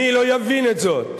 מי לא יבין את זאת?